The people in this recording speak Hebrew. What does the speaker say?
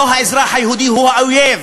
לא האזרח היהודי הוא האויב.